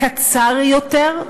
קצר יותר,